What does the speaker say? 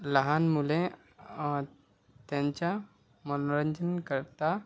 लहान मुले त्यांच्या मनोरंजनाकरता